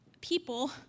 people